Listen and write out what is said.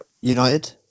United